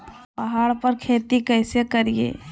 पहाड़ पर खेती कैसे करीये?